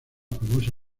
famosa